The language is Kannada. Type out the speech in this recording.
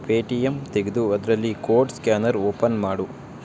ಪೇಟಿಎಮ್ ತೆಗೆದು ಅದರಲ್ಲಿ ಕೋಡ್ ಸ್ಕ್ಯಾನರ್ ಓಪನ್ ಮಾಡು